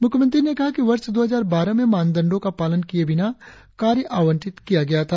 मुख्यमंत्री ने कहा कि वर्ष दो हजार बारह में मानदण्डो का पालन किये बिना कार्य आवंटित किया गया था